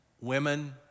women